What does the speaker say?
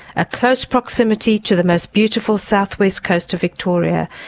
a close proximity to the most beautiful south-west coast of victoria,